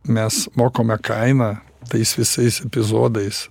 mes mokome kainą tais visais epizodais